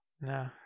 No